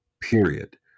period